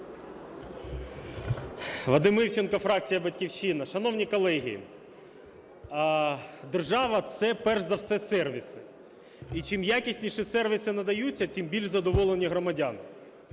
Вадим Івченко, фракція "Батьківщина". Шановні колеги, держава – це перш за все сервіси. І чим якісніше сервіси надаються, тим більш задоволені громадяни.